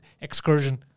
excursion